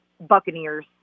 Buccaneers